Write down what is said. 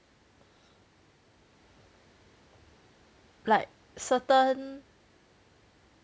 like certain